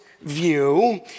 view